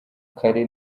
kare